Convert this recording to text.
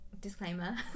disclaimer